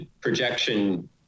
projection